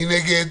מי נגד?